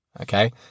Okay